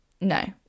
No